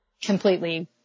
completely